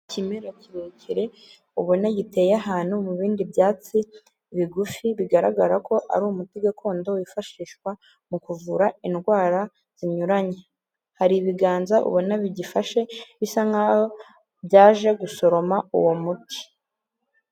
Ikimera kirekire ubona giteye ahantu mu bindi byatsi bigufi, bigaragara ko ari umuti gakondo wifashishwa mu kuvura indwara zinyuranye, hari ibiganza ubona bigifashe bisa nk'aho byaje gusoroma uwo muti.